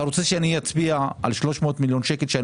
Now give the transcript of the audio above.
אתה רוצה שאני אצביע על 300 מיליון שקל שאני